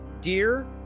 dear